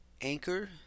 Anchor